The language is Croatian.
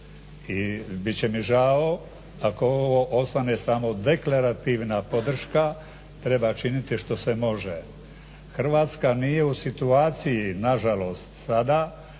i bit će mi žao ako ovo ostane samo deklarativna podrška. Treba činiti što se može. Hrvatska nije u situaciji nažalost sada